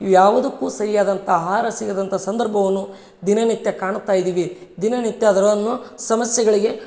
ಇವು ಯಾವುದಕ್ಕೂ ಸರಿಯಾದಂಥ ಆಹಾರ ಸಿಗದಂಥ ಸಂದರ್ಭವನ್ನು ದಿನನಿತ್ಯ ಕಾಣುತ್ತಾ ಇದ್ದೀವಿ ದಿನನಿತ್ಯ ಅದನ್ನು ಸಮಸ್ಯೆಗಳಿಗೆ